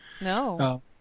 No